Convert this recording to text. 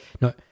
no